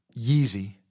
Yeezy